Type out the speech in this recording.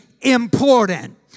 important